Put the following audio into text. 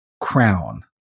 crown